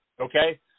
okay